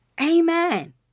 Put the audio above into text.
Amen